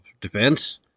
Defense